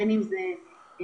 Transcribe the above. בין אם זה עיתונאי,